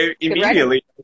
Immediately